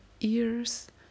ears